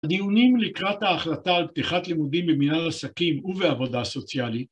הדיונים לקראת ההחלטה על פתיחת לימודים במינהל לעסקים ובעבודה סוציאלית